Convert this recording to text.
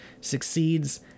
succeeds